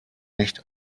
nicht